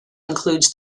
includes